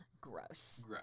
Gross